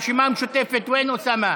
הרשימה המשותפת, איפה אוסאמה?